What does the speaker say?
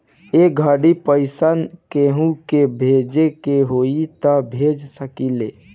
ए घड़ी पइसा केहु के भेजे के होई त भेज सकेल